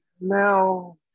Now